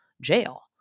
jail